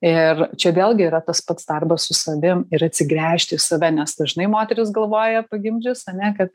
ir čia vėlgi yra tas pats darbas su savim ir atsigręžti į save nes dažnai moterys galvoja pagimdžius ane kad